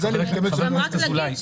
אני רק אגיד,